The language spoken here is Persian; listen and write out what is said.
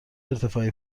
ارتفاعی